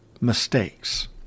mistakes